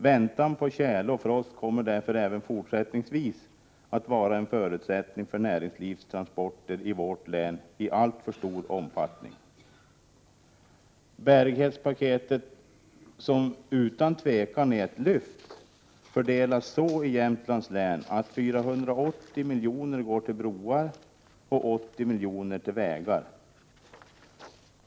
Väntan på tjäle och frost kommer därför även fortsättningsvis att i alltför stor omfattning vara en förutsättning för näringslivets transporter i vårt län. Bärighetspaketet, som utan tvivel är ett lyft, fördelas så i Jämtlands län, att 480 milj.kr. går till broar och 80 milj.kr. till vägar.